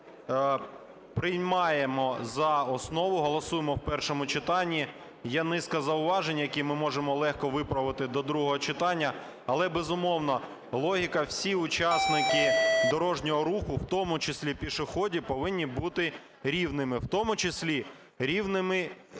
приймаємо за основу, голосуємо в першому читанні. Є низка зауважень, які ми можемо легко виправити до другого читання. Але, безумовно, логіка: всі учасники дорожнього руху, в тому числі пішоходи, повинні бути рівними, в тому числі рівними